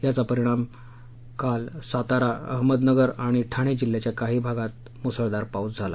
दरम्यान काल साताराअहमदनगर आणि ठाणे जिल्ह्याच्या काही भागात मुसळधार पाऊस झाला